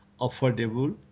affordable